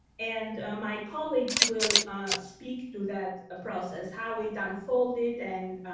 and my colleagues will speak to that ah process. how it unfolded? and